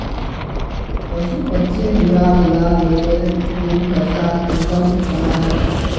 पशु पक्षी हमरा ऊला लोकेर ठिकिन पैसा कुंसम कमाया जा?